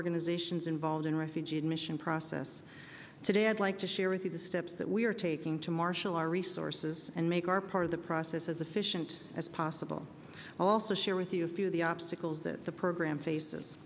organizations involved in refugee admission process today i'd like to share with you the steps that we are taking to marshal our resources and make our part of the process as efficient as possible also share with you a few of the obstacles that the program faces